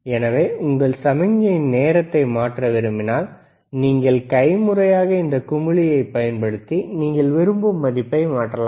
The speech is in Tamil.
எனவே உங்கள் சமிக்ஞையின் நேரத்தை மாற்ற விரும்பினால் நீங்கள் கைமுறையாக இந்த குமிழியைப் பயன்படுத்தி நீங்கள் விரும்பும் மதிப்பை மாற்றலாம்